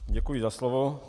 Děkuji za slovo.